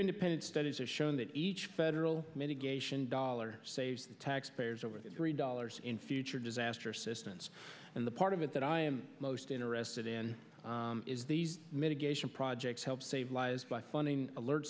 independent studies have shown that each federal mitigation dollar saves the taxpayers over that three dollars in future disaster assistance and the part of it that i am most interested in is these mitigation projects help save lives by funding alert